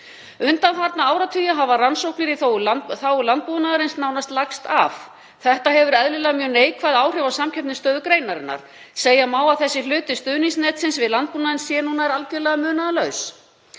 Undanfarna áratugi hafa rannsóknir í þágu landbúnaðarins nánast lagst af. Það hefur eðlilega mjög neikvæð áhrif á samkeppnisstöðu greinarinnar. Segja má að þessi hluti stuðningsnetsins við landbúnaðinn sé nú nær algerlega munaðarlaus.